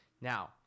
Now